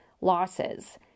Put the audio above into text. losses